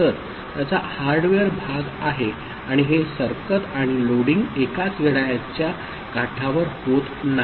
तर हा त्याचा हार्डवेअर भाग आहे आणि हे सरकत आणि लोडिंग एकाच घड्याळाच्या काठावर होत नाही